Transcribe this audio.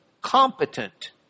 competent